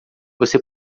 você